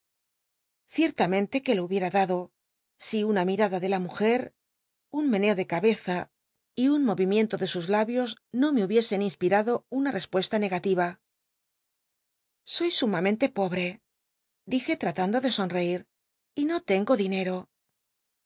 e que lo hubiera dado si una mirada de la mujer un meneo de cabeza y un movimiento biblioteca nacional de españa do david copperfield de sus labios no me hubiesen inspirado una res puesta negatira soy sumamente pobre dije llalando de son reir y no tengo dinero